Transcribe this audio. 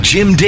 Jim